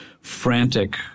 frantic